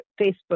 Facebook